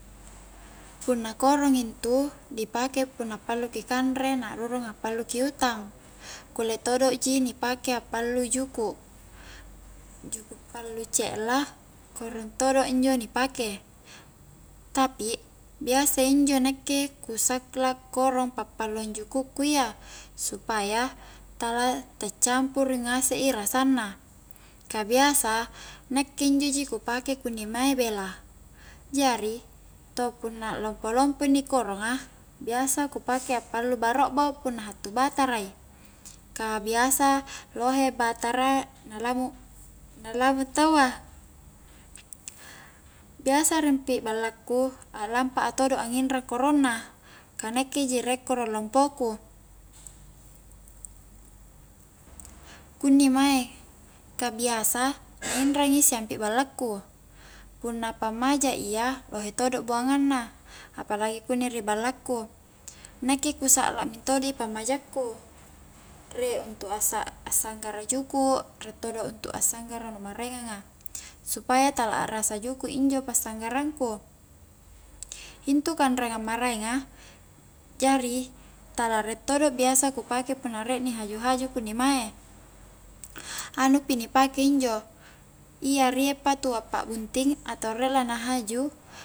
Punna korong intu di pake punna palluki kanre, na a'rurung pallu ki utang kulle todo ji ni pake a'pallu juku', juku' pallu ce'la korong todo injo ni pake, tapi biasa injo nakke ku saklak korong pa'palluang juku' ku iya, supaya tala ta campurui ngasek i rasanna ka biasa, nakke injo ji ku pake kunni mae bela, jari to punna lompo-lompo inni koronga biasa ku pake apallu barobbo punna hattu batara i ka biasa lohe batara na lamu-na lamung taua biasa rampi ballaku a'lampa a todo' anginrang korongna ka nakke ji riek korong lompoku kunni mae ka biasa na inrang siampi ballaku, punna pammaja iya lohe todo' buangangna apalagi kunni ri ballaku nakke ku sa'la mentodo i pammaja ku rie untuk assa-assanggara juku' rie todo untuk assanggara nu maraenganga, suapaya tala rasa juku' injo pa'sanggarang ku intu kanreangang maraenga jari tala riek todo biasa ku pake punna riek ni haju-haju kuni mae anupi ni pake injo iya riek pa tu appa'bunting atau rie la na haju na lohe lani pallu-pallu nampa mi injo nu di pansulu pammaja lompoa iya biasa todo injo mae na inrang pa siampi ballaku kunni mae jari injo punna koronga intu riek korong caddi na rie todo korong bakka, injo korong caddia, biasa dipake appalu juku' atau appalu ere bambang puna korong lompo di pake appalu injo nu ku paua sempae appada baro'bo ka lohe biasa la ihaju na korong bakka pa ni pake